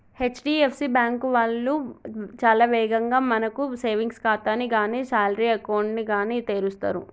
HDFC bank వాళ్ళు చాలా వేగంగా మనకు సేవింగ్స్ ఖాతాని గానీ శాలరీ అకౌంట్ ని గానీ తెరుస్తరు